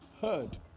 heard